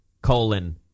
Colon